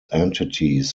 entities